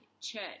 church